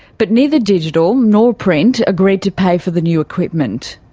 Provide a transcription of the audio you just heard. but neither digital nor print agreed to pay for the new equipment.